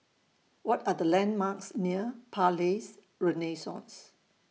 What Are The landmarks near Palais Renaissance